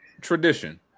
Tradition